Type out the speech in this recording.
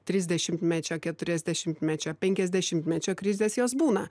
trisdešimtmečio keturiasdešimtmečio penkiasdešimtmečio krizės jos būna